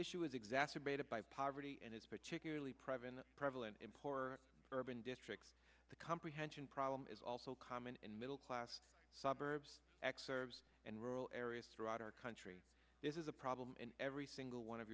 issue is exacerbated by poverty and it's particularly previn prevalent in pour urban districts the comprehension problem is also common in middle class suburbs x serves and rural areas throughout our country this is a problem in every single one of